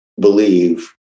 believe